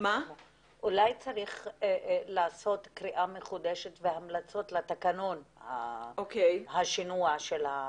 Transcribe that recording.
אולי צריך לעשות קריאה מחודשת והמלצות לתקנון השינוע של האסירים.